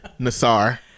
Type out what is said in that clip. Nassar